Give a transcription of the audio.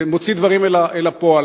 מוציא דברים לפועל,